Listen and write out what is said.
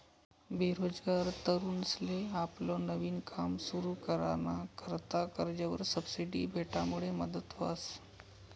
बेरोजगार तरुनसले आपलं नवीन काम सुरु कराना करता कर्जवर सबसिडी भेटामुडे मदत व्हस